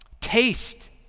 Taste